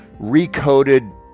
recoded